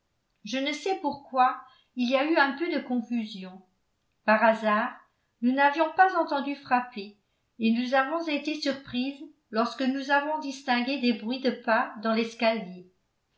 je ne sais pourquoi il y a eu un peu de confusion par hasard nous n'avions pas entendu frapper et nous avons été surprises lorsque nous avons distingué des bruits de pas dans l'escalier